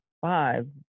five